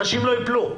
אנשים לא ייפלו.